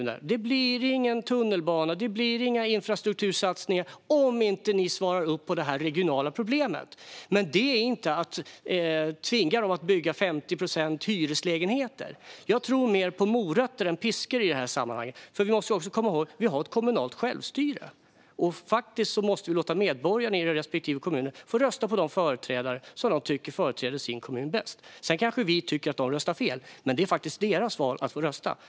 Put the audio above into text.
Man kan säga att det inte blir någon tunnelbana eller andra infrastruktursatsningar om de inte svarar upp mot detta regionala problem. Men det är inte att tvinga dem att bygga 50 procent hyreslägenheter. Jag tror mer på morötter än piskor i det här sammanhanget. Vi måste också komma ihåg att vi har kommunalt självstyre. Vi måste faktiskt låta medborgarna i respektive kommun få rösta på de företrädare de tycker företräder kommunen bäst. Sedan kanske vi tycker att de röstar fel, men det är faktiskt deras val.